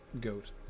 goat